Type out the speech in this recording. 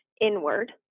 inward